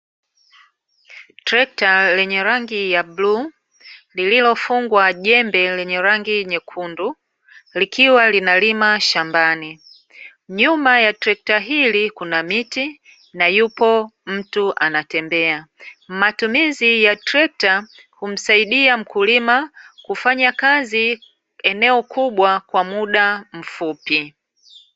Trekta lenye rangi ya bluu, lililofungwa jembe lenye rangi nyekundu, likiwa linalima shambani. Nyuma ya trekta hili kuna miti, na yupo mtu anatembea. Matumizi ya trekta humsaidia mkulima kufanya kazi eneo kubwa kwa muda mfupi.